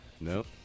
No